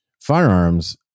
firearms